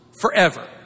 forever